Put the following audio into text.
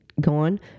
gone